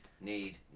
need